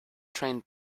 train